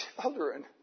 children